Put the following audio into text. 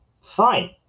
Fine